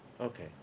Okay